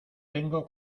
tengo